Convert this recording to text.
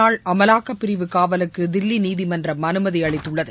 நாள் அமலாக்க பிரிவு காவலுக்கு தில்லி நீதிமன்றம் அனுமதி அளித்துள்ளது